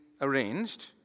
arranged